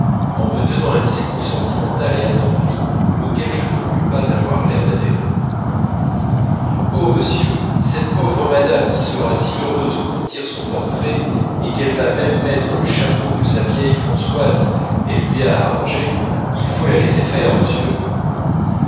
en me tenant un discours sentimental et attendri auquel je ne voulus pas avoir l'air d'adhérer oh monsieur cette pauvre madame qui sera si heureuse qu'on tire son portrait et qu'elle va même mettre le chapeau que sa vieille françoise elle lui a arrangé il faut la laisser faire monsieur